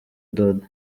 dodo